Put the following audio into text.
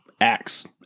acts